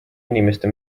inimeste